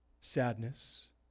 sadness